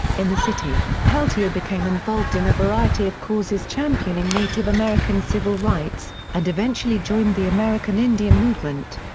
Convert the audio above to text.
in the city, peltier became involved in a variety of causes championing native american civil rights, and eventually joined the american indian movement.